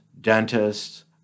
dentists